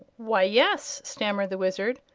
why, yes, stammered the wizard.